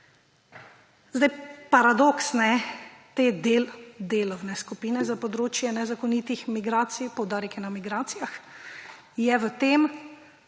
Paradoks te delovne skupine za področje nezakonitih migracij, poudarek je na migracijah, je v tem,